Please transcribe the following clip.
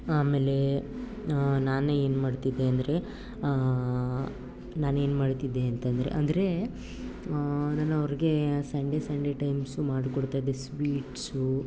ಆಮೇಲೆ ನಾನೇ ಏನು ಮಾಡ್ತಿದ್ದೆ ಅಂದರೆ ನಾನೇನು ಮಾಡ್ತಿದ್ದೆ ಅಂತ ಅಂದ್ರೆ ಅಂದರೆ ನಾನು ಅವ್ರಿಗೆ ಸಂಡೆ ಸಂಡೆ ಟೈಮ್ಸು ಮಾಡ್ಕೊಡ್ತಾಯಿದ್ದೆ ಸ್ವೀಟ್ಸು